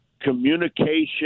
communication